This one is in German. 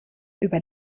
über